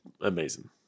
amazing